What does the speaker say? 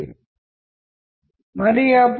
కానీ కొన్ని లైన్లు చెరిపివేయబడ్డాయని మీరు కనుగొంటారు